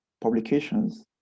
publications